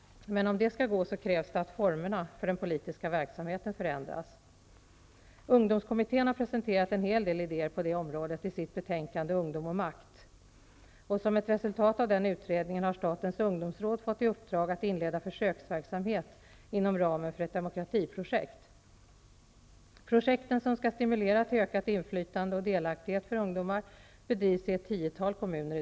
För detta krävs att formerna för den politiska verksamheten förändras. Ungdomskommittén har presenterat en hel del idéer på detta område i sitt betänkande Ungdom och makt. Som ett resultat av den utredningen har statens ungdomsråd fått i uppdrag att inleda försöksverksamhet inom ramen för ett demokratiprojekt. Projekten, som skall stimulera till ökat inflytande och delaktighet för ungdomar, bedrivs i ett tiotal kommuner.